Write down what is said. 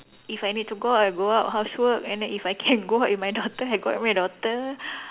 if I need to go out I go out housework and then if I can go out with my daughter I go out with my daughter